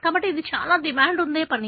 కాబట్టి ఇది చాలా డిమాండ్ వుండే పని